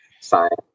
science